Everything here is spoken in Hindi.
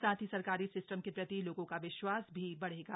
साथ ही सरकारी सिस्टम के प्रति लोगों का विश्वास भी बढ़ेगा